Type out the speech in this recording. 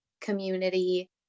community